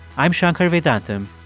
i'm shankar vedantam.